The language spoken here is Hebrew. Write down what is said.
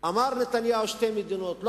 אמר נתניהו "שתי מדינות" או